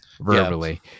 verbally